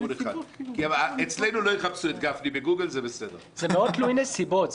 זה תלוי נסיבות.